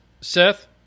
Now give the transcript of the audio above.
Seth